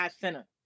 Center